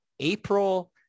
april